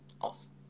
Awesome